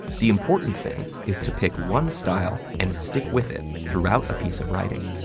the important thing is to pick one style and stick with it throughout a piece of writing.